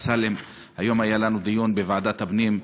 היום היה לנו דיון בוועדת הפנים.